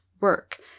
work